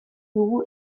dugu